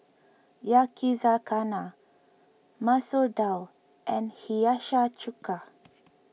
Yakizakana Masoor Dal and Hiyashi Chuka